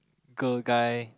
girl guy